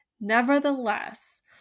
nevertheless